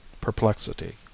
perplexity